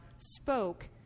spoke